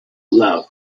love